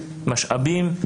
משאבים,